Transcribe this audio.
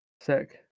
Sick